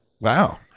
Wow